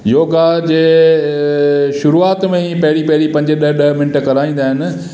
योगा जे शुरूआति में ई पहिरीं पहिरीं पंज खां ॾह मिंट कराईंदा आहिनि